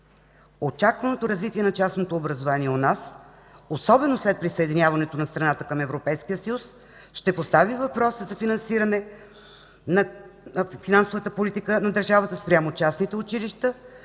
„Очакваното развитие на частното образование у нас, особено след присъединяването на страната към Европейския съюз ще постави въпроса за финансовата политика на държавата спрямо частните училища,